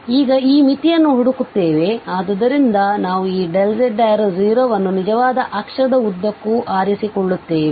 ನಾವು ಈಗ ಈ ಮಿತಿಯನ್ನು ಹುಡುಕುತ್ತೇವೆ ಆದ್ದರಿಂದ ನಾವು ಈ z→0ಅನ್ನು ನಿಜವಾದ ಅಕ್ಷದ ಉದ್ದಕ್ಕೂ ಆರಿಸಿಕೊಳ್ಳುತ್ತೇವೆ